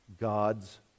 God's